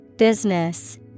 Business